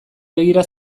begira